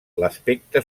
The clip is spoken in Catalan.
l’aspecte